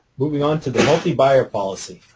moving on to the multibuyer policy.